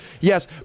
Yes